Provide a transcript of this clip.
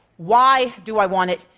why do i want it?